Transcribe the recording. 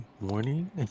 morning